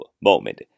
moment